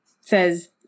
says